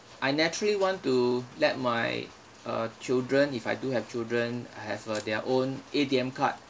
I naturally want to let my uh children if I do have children uh have their own A_T_M card